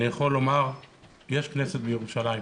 ואני יכול לומר שיש כנסת בירושלים.